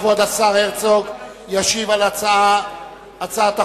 כבוד השר הרצוג ישיב על הצעת החוק.